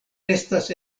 restas